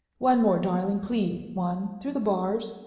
one more, darling please, one! through the bars!